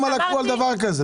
למה לקחו על דבר כזה?